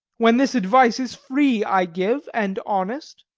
when this advice is free i give and honest,